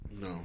No